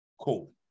Cool